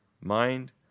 mind